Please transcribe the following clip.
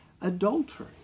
adultery